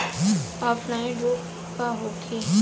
Offline रोग का होखे?